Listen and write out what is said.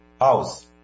house